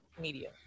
media